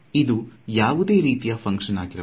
ಇದು ಯಾವುದೇ ರೀತಿಯ ಫುನಕ್ಷನ್ ಆಗಿರಬಹುದು